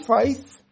faith